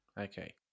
Okay